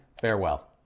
farewell